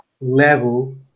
level